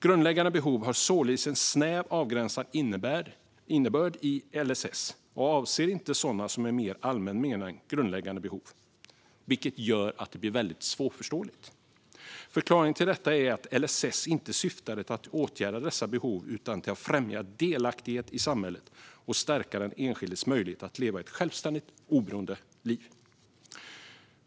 Grundläggande behov har således en snäv och avgränsad innebörd i LSS och avser inte sådana i mer allmän mening grundläggande behov, vilket gör att det blir väldigt svårbegripligt. Förklaringen till detta är att LSS inte syftade till att åtgärda dessa behov utan till att främja delaktighet i samhället och stärka den enskildes möjlighet att leva ett självständigt och oberoende liv.